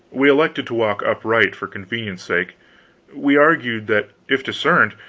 we elected to walk upright, for convenience's sake we argued that if discerned,